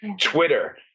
Twitter